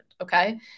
okay